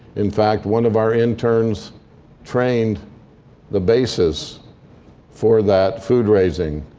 in fact, one of our interns trained the basis for that food-raising.